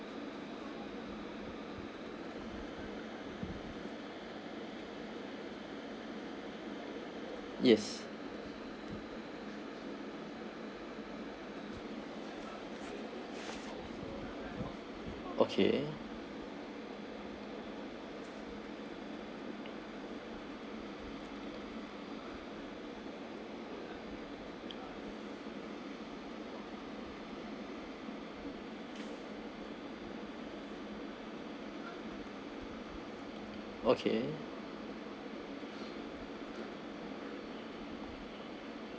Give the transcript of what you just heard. yes okay okay